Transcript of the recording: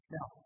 Now